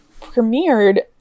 premiered